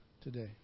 today